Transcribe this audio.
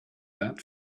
that